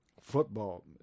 football